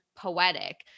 poetic